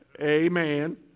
Amen